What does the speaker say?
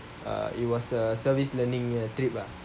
uh it was a service learning trip lah